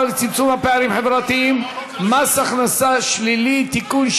ולצמצום פערים חברתיים (מס הכנסה שלילי) (תיקון,